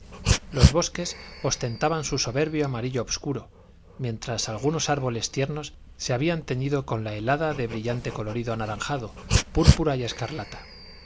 los bosques ostentaban su soberbio amarillo obscuro mientras algunos árboles tiernos se habían teñido con la helada de brillante colorido anaranjado púrpura y escarlata